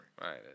right